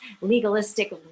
legalistic